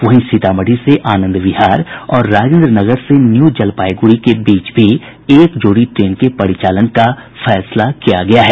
वहीं सीतामढ़ी से आनंद विहार और राजेन्द्र नगर से न्यू जलपाईगुड़ी के बीच भी एक जोड़ी ट्रेन के परिचालन का फैसला किया गया है